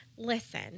Listen